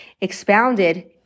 expounded